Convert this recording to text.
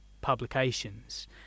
publications